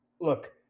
Look